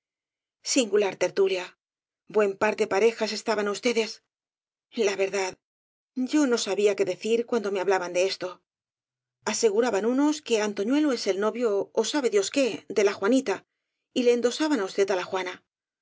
singular tertulia buen par de parejas es taban ustedes la verdad yo no sabía qué decir cuando me hablaban de esto aseguraban unos que antoñuelo es el novio ó sabe dios qué de la juanita y le endosaban á usted á la juana